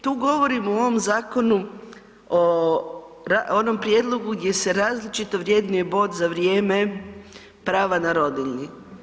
Tu govorimo u ovom zakonu o onom prijedlogu gdje se različito vrednuje bod za vrijeme prava na rodiljni.